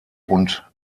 und